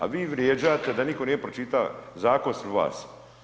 A vi vrijeđate da nitko nije pročita zakon osim vas.